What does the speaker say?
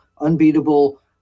unbeatable